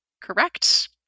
correct